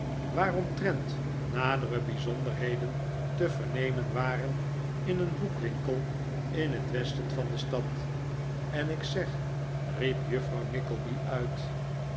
waaromtrent nadere bijzonderheden te vernemen waren in een boekwinkel in het westen van de stad en ik zeg riep juffrouw nickleby uit